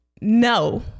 No